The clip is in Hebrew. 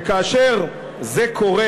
וכאשר זה קורה,